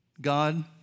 God